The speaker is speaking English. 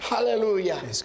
Hallelujah